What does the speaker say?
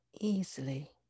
easily